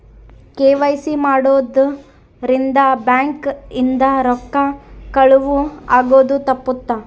KYC ಮಾಡ್ಸೊದ್ ರಿಂದ bank ಇಂದ ರೊಕ್ಕ ಕಳುವ್ ಆಗೋದು ತಪ್ಪುತ್ತ